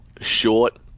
Short